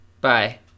Bye